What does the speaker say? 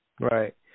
right